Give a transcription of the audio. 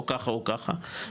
ככה או ככה,